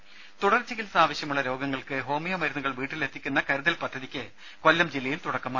രുമ തുടർ ചികിത്സ ആവശ്യമുള്ള രോഗങ്ങൾക്ക് ഹോമിയോ മരുന്നുകൾ വീട്ടിലെത്തിക്കുന്ന കരുതൽ പദ്ധതിയ്ക്ക് കൊല്ലം ജില്ലയിൽ തുടക്കമായി